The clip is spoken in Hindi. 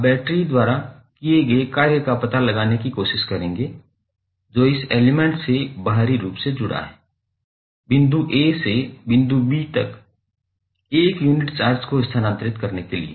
आप बैटरी द्वारा किए गए कार्य का पता लगाने की कोशिश करेंगे जो इस एलिमेंट से बाहरी रूप से जुड़ा हुआ है बिंदु a से बिंदु b तक 1 यूनिट चार्ज को स्थानांतरित करने के लिए